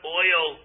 oil